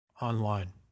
online